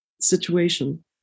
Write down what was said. situation